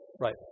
Right